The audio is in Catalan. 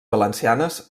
valencianes